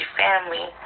family